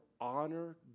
honor